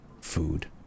food